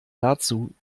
dazu